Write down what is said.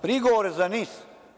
Prigovore za NIS.